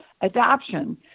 adoption